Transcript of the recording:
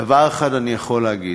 דבר אחד אני יכול להגיד: